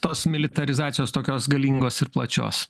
tos militarizacijos tokios galingos ir plačios